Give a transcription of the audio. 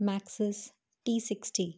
ਮੈਕਸਿਸ T sixty